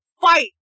fight